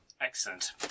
Excellent